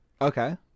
Okay